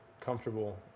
comfortable